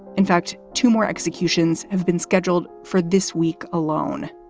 in fact, two more executions have been scheduled for this week alone.